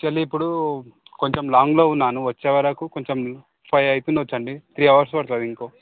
actually ఇప్పుడూ కొంచెం లాంగ్లో ఉన్నాను వచ్చే వరకూ కొంచెం ఫైవ్ అయితుండచ్చండీ త్రీ అవర్స్ పడుతుంది ఇంకో